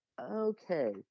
okay